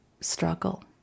struggle